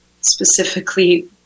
specifically